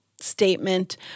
statement